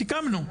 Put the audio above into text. סיכמנו.